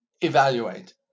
evaluate